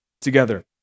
together